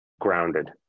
grounded